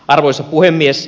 arvoisa puhemies